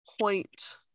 point